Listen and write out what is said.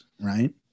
Right